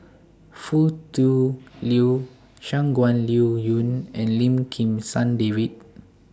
Foo Tui Liew Shangguan Liuyun and Lim Kim San David